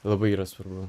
labai yra svarbu